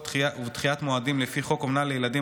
ודחיית מועדים לפי חוק אומנה לילדים,